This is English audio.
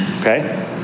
okay